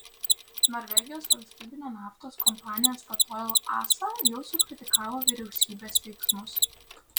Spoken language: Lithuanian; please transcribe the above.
norvegijos valstybinė naftos kompanija statoil asa jau sukritikavo vyriausybės veiksmus